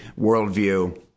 worldview